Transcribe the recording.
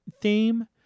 theme